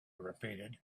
repeated